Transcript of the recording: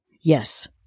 Yes